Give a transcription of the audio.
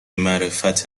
معرفت